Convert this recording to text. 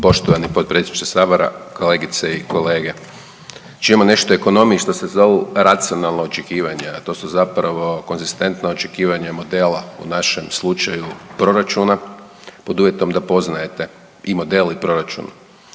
Poštovani potpredsjedniče sabora, kolegice i kolege, čujemo nešto o ekonomiji što se zovu racionalna očekivanja, a to su zapravo konzistentna očekivanja modela u našem slučaju proračuna pod uvjetom da poznajete i model i proračun.